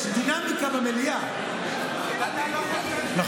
יש דינמיקה במליאה, נכון?